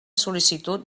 sol·licitud